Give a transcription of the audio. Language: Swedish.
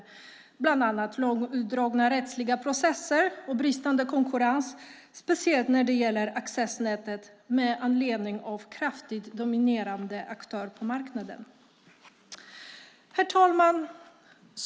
Det handlar bland annat om långdragna rättsliga processer och bristande konkurrens, speciellt när det gäller accessnätet med anledning av en kraftigt dominerande aktör på marknaden. Herr talman!